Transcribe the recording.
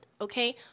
okay